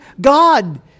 God